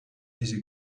easy